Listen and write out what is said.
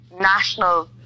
national